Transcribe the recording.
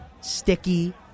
sticky